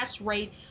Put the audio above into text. rate